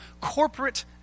corporate